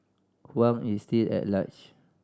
Huang is still at large